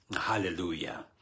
Hallelujah